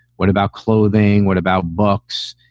what about clothing? what about books?